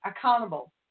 accountable